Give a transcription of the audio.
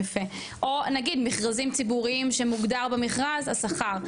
יפה או נגיד מכרזים ציבוריים שמוגדר במכרז השכר,